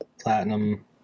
platinum